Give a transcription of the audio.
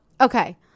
okay